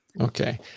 Okay